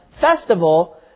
festival